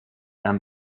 and